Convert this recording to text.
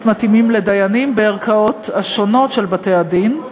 מתאימים לדיינים בערכאות השונות של בתי-הדין.